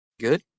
Good